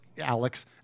Alex